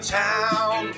town